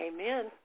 Amen